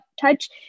touch